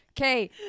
okay